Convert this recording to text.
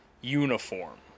uniform